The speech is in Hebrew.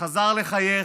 חזר לחייך,